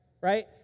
right